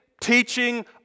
teaching